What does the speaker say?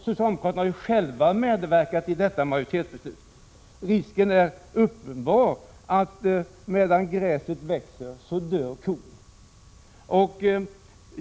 Socialdemokraterna har ju själva medverkat till detta majoritetsbeslut. Risken är uppenbar att medan gräset växer dör kon.